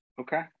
Okay